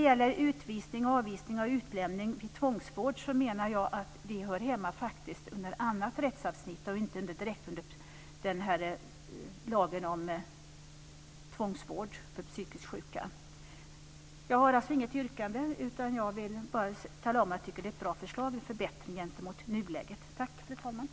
Jag menar att utvisning och avvisning av utlänning i tvångsvård hör hemma under ett annat rättsavsnitt än lagen om tvångsvård för psykiskt sjuka. Jag har inget yrkande utan vill bara tala om att jag tycker att det är fråga om bra förslag, som innebär en förbättring i förhållande till nuläget.